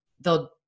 they'll-